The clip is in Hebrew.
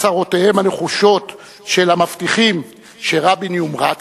הצהרותיהם הנחושות של המבטיחים שרבין "יומרצ",